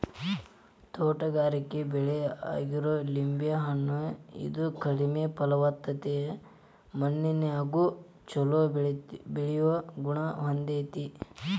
ತೋಟಗಾರಿಕೆ ಬೆಳೆ ಆಗಿರೋ ಲಿಂಬೆ ಹಣ್ಣ, ಇದು ಕಡಿಮೆ ಫಲವತ್ತತೆಯ ಮಣ್ಣಿನ್ಯಾಗು ಚೊಲೋ ಬೆಳಿಯೋ ಗುಣ ಹೊಂದೇತಿ